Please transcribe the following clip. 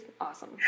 awesome